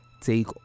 take